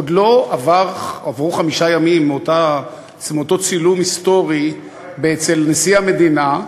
עוד לא עברו חמישה ימים מאותו צילום היסטורי אצל נשיא המדינה,